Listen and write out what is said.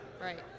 right